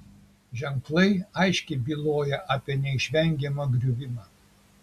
ženklai aiškiai byloja apie neišvengiamą griuvimą